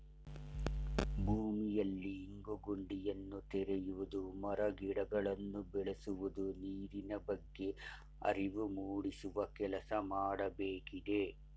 ಭೂಮಿಯಲ್ಲಿ ಇಂಗು ಗುಂಡಿಯನ್ನು ತೆರೆಯುವುದು, ಮರ ಗಿಡಗಳನ್ನು ಬೆಳೆಸುವುದು, ನೀರಿನ ಬಗ್ಗೆ ಅರಿವು ಮೂಡಿಸುವ ಕೆಲಸ ಮಾಡಬೇಕಿದೆ